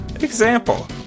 Example